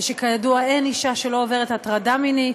וכידוע, אין אישה שלא עוברת הטרדה מינית,